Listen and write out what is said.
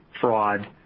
fraud